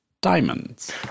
diamonds